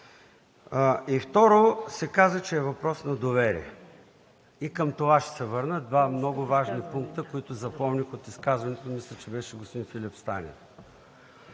И второ, каза се, че е въпрос на доверие. И към това ще се върна. Два много важни пункта, които запомних от изказването, мисля, че беше на господин Филип Станев.